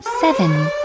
seven